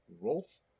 Rolf